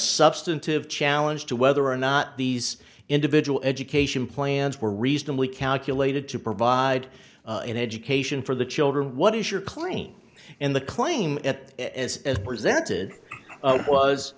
substantive challenge to whether or not these individual education plans were reasonably calculated to provide an education for the children what is your claim in the claim at s as presented was